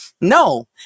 No